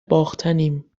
باختنیم